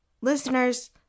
Listeners